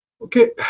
Okay